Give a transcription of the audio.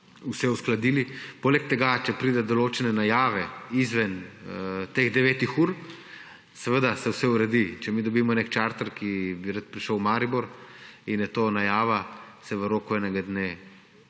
vse uskladili. Poleg tega če pride do določene najave izven teh devetih ur, se seveda vse uredi. Če mi dobimo nek čarter, ki bi rad prišel v Maribor, in je to najava, se v roku enega dne uredi